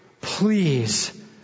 Please